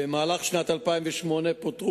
במהלך שנת 2008 פוטרו